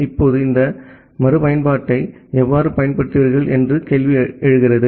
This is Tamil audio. இப்போது இந்த மறுபயன்பாட்டை எவ்வாறு பயன்படுத்துவீர்கள் என்ற கேள்வி வருகிறது